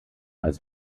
als